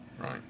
Right